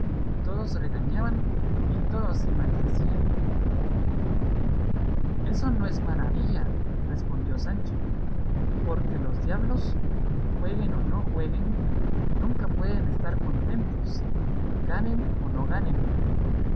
todos regañaban y todos se maldecían eso no es maravilla respondió sancho porque los diablos jueguen o no jueguen nunca pueden estar contentos ganen o no ganen